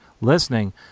listening